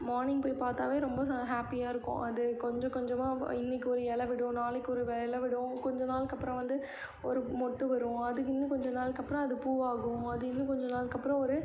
morning போய் பார்த்தாவே ரொம்ப ச ஹாப்பியாக இருக்கும் அது கொஞ்சம் கொஞ்சமாக இன்றைக்கு ஒரு இலை விடும் நாளுக்கு ஒரு இலை விடும் கொஞ்சம் நாளுக்கு அப்புறம் வந்து ஒரு மொட்டு வரும் அதுக்கு இன்னும் கொஞ்சம் நாளுக்கு அப்புறம் அது பூவாகும் அது இன்னும் கொஞ்சம் நாளுக்கு அப்புறம் ஒரு